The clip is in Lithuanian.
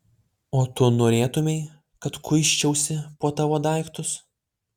o tu norėtumei kad kuisčiausi po tavo daiktus